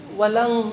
walang